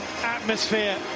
atmosphere